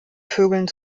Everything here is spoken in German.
vögeln